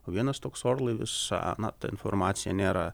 vienas toks orlaivis na ta informacija nėra